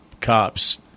cops